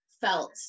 felt